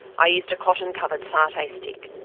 i used a cotton-coveredsatay stick,